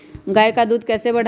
गाय का दूध कैसे बढ़ाये?